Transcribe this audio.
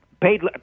paid